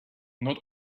not